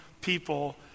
people